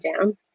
down